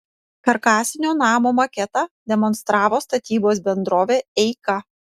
karkasinio namo maketą demonstravo statybos bendrovė eika